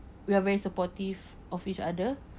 we are very supportive of each other